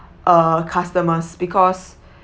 uh customers because